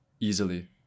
Easily